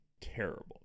terrible